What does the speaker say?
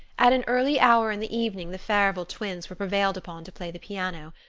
at an early hour in the evening the farival twins were prevailed upon to play the piano.